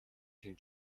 тийм